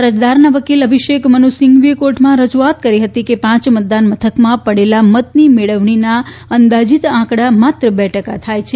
અરજદારના વકીલ અભિષેક મનુ સિંઘવીએ કોર્ટમાં રજૂઆત કરી હતી કે પાંચ મતદાન મથકમાં પડેલા મતની મેળવણીના અંદાજીત આંકડા માત્ર બે ટકા થાય છે